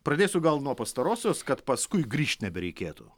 pradėsiu gal nuo pastarosios kad paskui grįžt nebereikėtų